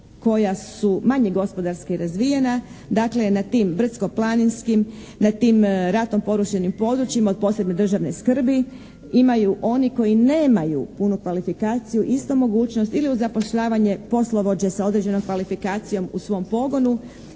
koja su manje gospodarski razvijena. Dakle na tim brdskoplaninskim, na tim ratno porušenim područjima od posebne državne skrbi imaju oni koji nemaju punu kvalifikaciju isto mogućnost ili uz zapošljavanje poslovođe sa određenom kvalifikacijom u svom pogonu